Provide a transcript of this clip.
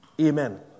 Amen